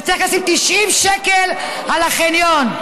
וצריך להוציא 90 שקל על החניון.